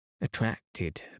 attracted